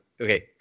okay